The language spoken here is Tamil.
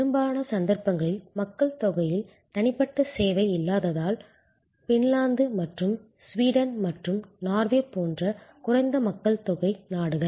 பெரும்பாலான சந்தர்ப்பங்களில் மக்கள்தொகையில் தனிப்பட்ட சேவை இல்லாததால் பின்லாந்து மற்றும் ஸ்வீடன் மற்றும் நார்வே போன்ற குறைந்த மக்கள்தொகை நாடுகள்